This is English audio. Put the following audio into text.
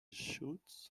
shoots